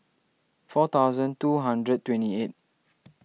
four thousand two hundred twenty eight